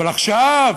אבל עכשיו,